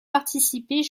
participer